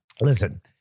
Listen